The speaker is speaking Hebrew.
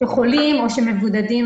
חולים או מבודדים